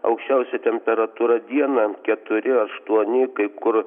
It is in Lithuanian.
aukščiausia temperatūra dieną keturi aštuoni kai kur